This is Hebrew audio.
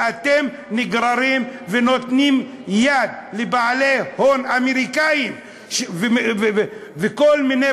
ואתם נגררים ונותנים יד לבעלי הון אמריקנים וכל מיני